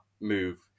move